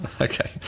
Okay